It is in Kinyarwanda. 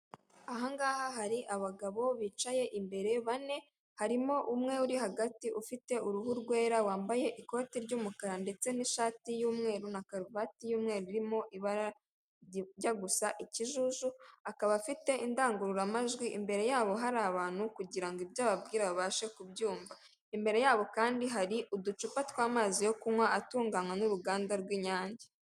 Aha ngaha hari abagabo bicaye imbere bane ,harimo umwe uri hagati ufite uruhu rwera ,wambaye ikoti ry'umukara ndetse n'ishati y'umweru na karuvati y'umweru irimo ibara rijya gusa ikijuju akaba afite indangururamajwi ,imbere y'abo hari abantu kugirango ibyo ababwira babashe kubyumva. Imbere y'abo kandi hari uducupa tw'amazi yo kunywa atunganywa n'uruganda rw'inyange.